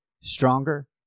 stronger